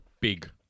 Big